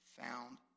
found